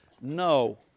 no